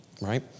right